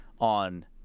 on